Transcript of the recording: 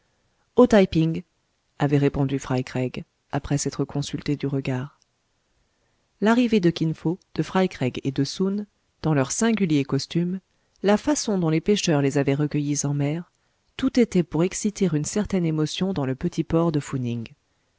au taï ping avaient répondu fry craig après s'être consultés du regard l'arrivée de kin fo de fry craig et de soun dans leur singulier costume la façon dont les pêcheurs les avaient recueillis en mer tout était pour exciter une certaine émotion dans le petit port de fou ning